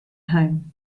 home